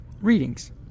readings